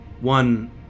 One